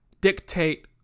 dictate